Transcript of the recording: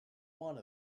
want